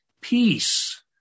Peace